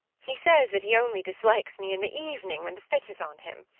he says that he only dislikes me in the evening, when the fit is on him.